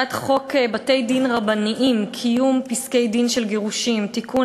הצעת חוק בתי-דין רבניים (קיום פסקי-דין של גירושין) (תיקון,